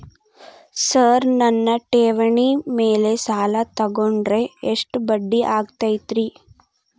Sir ನನ್ನ ಠೇವಣಿ ಮೇಲೆ ಸಾಲ ತಗೊಂಡ್ರೆ ಎಷ್ಟು ಬಡ್ಡಿ ಆಗತೈತ್ರಿ?